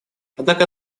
однако